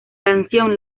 canción